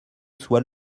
soit